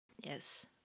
Yes